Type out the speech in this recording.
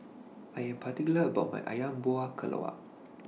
I Am particular about My Ayam Buah Keluak